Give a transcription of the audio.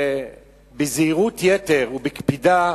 בזהירות יתר ובקפידה,